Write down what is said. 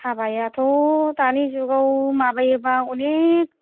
हाबायाथ' दानि जुगाव माबायोबा अनेख